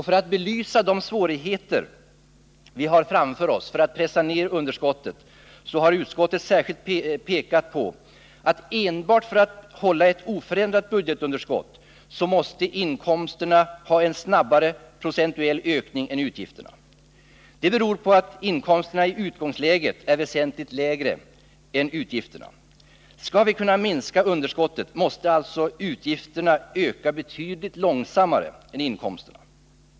För att belysa de svårigheter vi har framför oss att pressa ner underskottet har utskottet särskilt påpekat att enbart för att hålla ett oförändrat budgetunderskott måste inkomsterna ha en snabbare procentuell ökning än utgifterna. Det beror på att inkomsterna i utgångsläget är väsentligt lägre än utgifterna. Skall vi kunna minska underskottet måste alltså utgifterna öka betydligt långsammare än inkomsterna.